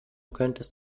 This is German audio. könntest